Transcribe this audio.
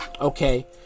okay